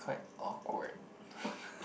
quite awkward